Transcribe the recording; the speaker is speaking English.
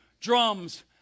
drums